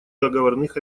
договорных